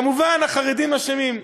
כמובן, החרדים אשמים.